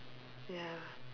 ya